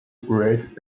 great